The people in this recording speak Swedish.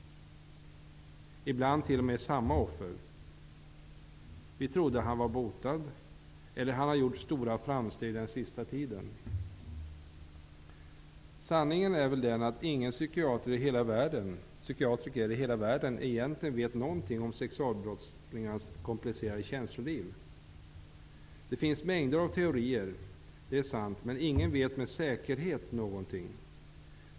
Ibland är det t.o.m. samma offer. Då har det sagts: Vi trodde att han var botad. Eller också har det sagts: Han har gjort stora framsteg under den senaste tiden. Sanningen är väl den att inte någon psykiatriker i hela världen egentligen vet något om sexualbrottslingarnas komplicerade känsloliv. Det finns en mängd teorier -- det är sant -- men ingen vet något med säkerhet.